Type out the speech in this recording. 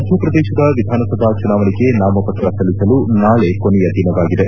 ಮಧ್ಯಪ್ರದೇಶದ ವಿಧಾನಸಭಾ ಚುನಾವಣೆಗೆ ನಾಮಪತ್ರ ಸಲ್ಲಿಸಲು ನಾಳೆ ಕೊನೆಯ ದಿನವಾಗಿದೆ